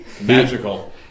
magical